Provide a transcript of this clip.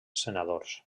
senadors